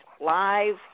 live